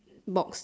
box